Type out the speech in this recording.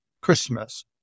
Christmas